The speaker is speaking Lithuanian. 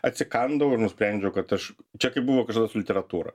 atsikandau ir nusprendžiau kad aš čia kaip buvo kažkada su literatūra